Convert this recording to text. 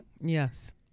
Yes